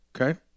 Okay